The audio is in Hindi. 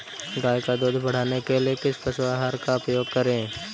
गाय का दूध बढ़ाने के लिए किस पशु आहार का उपयोग करें?